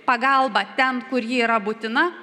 pagalbą ten kur ji yra būtina